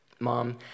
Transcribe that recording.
mom